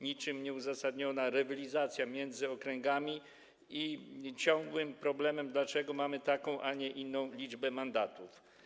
i niczym nieuzasadniona rywalizacja między okręgami i ciągły problem, dlaczego mamy taką, a nie inną liczbę mandatów.